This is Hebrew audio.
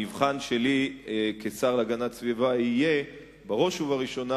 המבחן שלי כשר להגנת הסביבה יהיה בראש ובראשונה